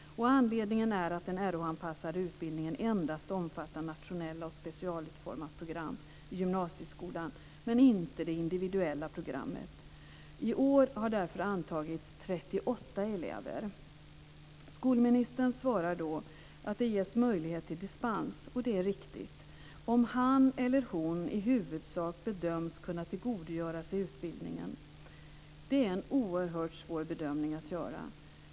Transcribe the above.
Anledningen är att den Rh-anpassade utbildningen endast omfattar nationellt och specialutformat program i gymnasieskolan, men inte det individuella programmet. I år har därför antagits 38 elever. Skolministern svarar då att det ges möjlighet till dispens, och det är riktigt - om han eller hon i huvudsak bedöms kunna tillgodogöra sig utbildningen. Det är en oerhört svår bedömning att göra.